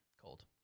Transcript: Cold